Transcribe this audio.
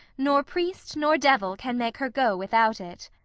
nor priest, nor devil can make her go without it.